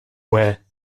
where